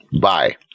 Bye